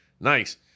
Nice